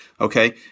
Okay